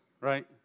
right